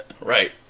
Right